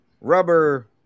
rubber